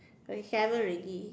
there is seven ready